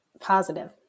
positive